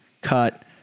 cut